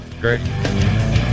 great